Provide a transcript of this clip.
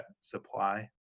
supply